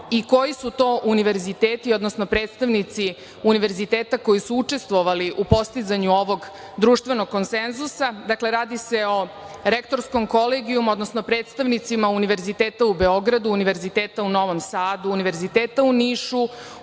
i koji su to univerziteti, odnosno predstavnici univerziteta koji su učestvovali u postizanju ovog društvenog konsenzusa. Dakle, radi se o Rektorskom kolegijumu, odnosno predstavnicima Univerziteta u Beogradu, Univerziteta u Novom Sadu, Univerziteta u Nišu,